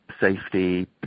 safety